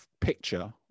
picture